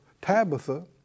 Tabitha